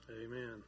Amen